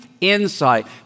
insight